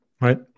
Right